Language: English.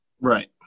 Right